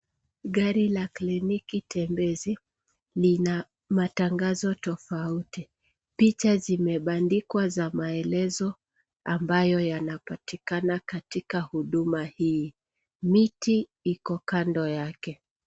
Gari la kliniki tembezi lina matangazo tofauti. Picha zimeandikwa za maelezo ambayo yanapatikana katika huduma hii. Miti iko kando yake.